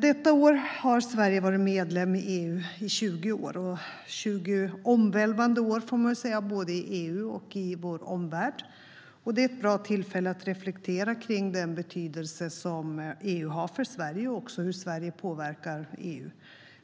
Detta år har Sverige varit medlem i EU i 20 år - 20 omvälvande år, får man väl säga, både i EU och i vår omvärld. Det är ett bra tillfälle att reflektera kring den betydelse som EU har för Sverige och också hur Sverige påverkar EU.